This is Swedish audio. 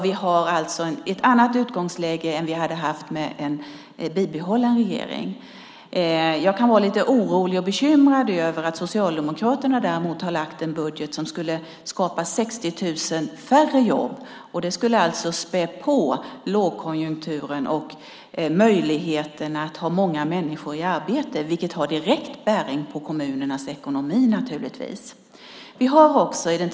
Vi har alltså ett annat utgångsläge än vad vi hade haft med en bibehållen regering. Jag kan vara lite orolig och bekymrad över att Socialdemokraterna har lagt fram en budget som skulle skapa 60 000 färre jobb. Det skulle späda på lågkonjunkturen och minska möjligheten att ha många människor i arbete, vilket har direkt bäring på kommunernas ekonomi.